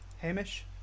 Hamish